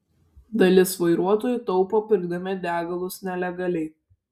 dalis vairuotojų taupo pirkdami degalus nelegaliai